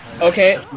Okay